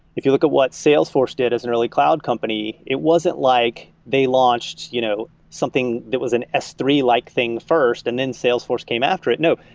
if you look at what salesforce did as an early cloud company, it wasn't like they launched you know something that was s three like thing first and then salesforce came after it. no.